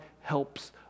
helps